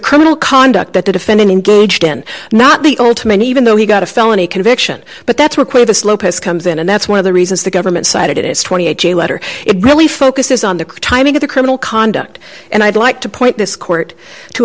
criminal conduct that the defendant engaged in not the ultimate even though he got a felony conviction but that's what quite a slope is comes in and that's one of the reasons the government cited it is twenty eight j letter it really focuses on the timing of the criminal conduct and i'd like to point this court to